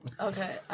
Okay